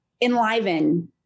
enliven